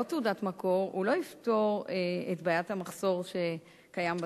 תעודת מקור לא יפתור את בעיית המחסור שקיים בטף.